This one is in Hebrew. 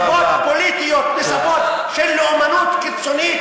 מסיבות פוליטיות, מסיבות של לאומנות קיצונית